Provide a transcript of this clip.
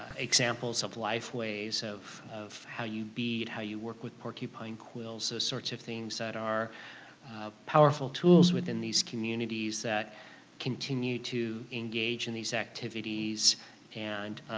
examples of life ways of of how you beat, how you work with porcupine quills, those so sorts of things that are powerful tools within these communities that continue to engage in these activities and